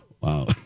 Wow